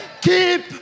keep